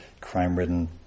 crime-ridden